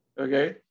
Okay